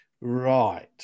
right